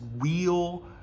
real